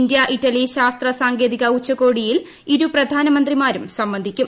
India Italy ശാസ്ത്ര സാങ്കേതിക ഉച്ചകോടിയിൽ ഇരു പ്രധാനമന്ത്രിമാരും സംബന്ധിക്കും